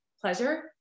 pleasure